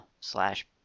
slash